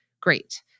great